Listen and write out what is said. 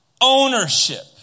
ownership